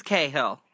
Cahill